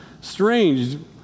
strange